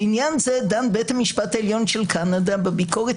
בעניין זה דן בית המשפט העליון של קנדה בביקורת